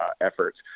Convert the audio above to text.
efforts